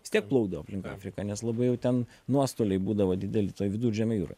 vis tiek plaukdavo aplink afriką nes labai jau ten nuostoliai būdavo dideli viduržemio jūroj